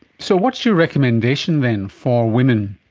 so what's your recommendation then for women?